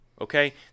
Okay